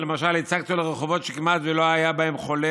הצגתי לו רחובות שכמעט שלא היה בהם חולה